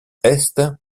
est